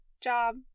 job